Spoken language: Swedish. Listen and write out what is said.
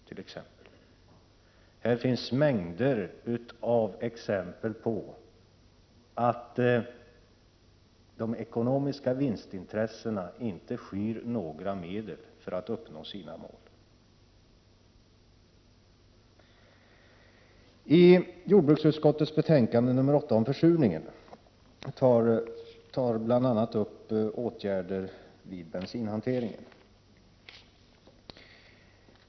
Det finns mängder av exempel på att de ekonomiska vinstintressena inte skyr några medel för att uppnå sina mål. Jordbruksutskottets betänkande 8 om försurningen tar bl.a. upp åtgärder vid bensinhantering.